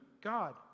God